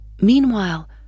Meanwhile